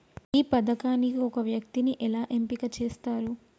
ఈ పథకానికి ఒక వ్యక్తిని ఎలా ఎంపిక చేస్తారు?